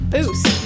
Boost